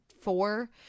four